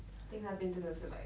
I think 那边真的是 like